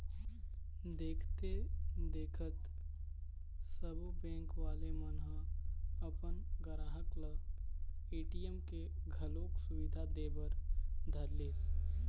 देखथे देखत सब्बो बेंक वाले मन ह अपन गराहक ल ए.टी.एम के घलोक सुबिधा दे बर धरलिस